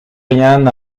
rien